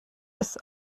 ist